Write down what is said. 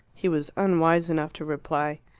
he was unwise enough to reply,